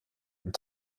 und